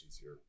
easier